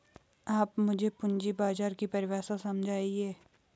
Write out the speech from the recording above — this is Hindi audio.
आप मुझे पूंजी बाजार की परिभाषा समझाइए